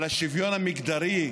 אבל השוויון המגדרי,